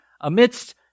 amidst